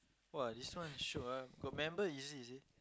!wah! this one shiok ah got member easy you see